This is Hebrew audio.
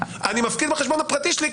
אני מפקיד בחשבון הפרטי שלי,